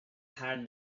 had